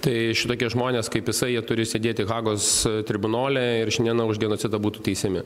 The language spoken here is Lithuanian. tai šitokie žmonės kaip jisai jie turi sėdėti hagos tribunole ir šiandieną už genocidą būtų teisiami